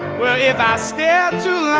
well if i stare